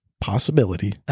possibility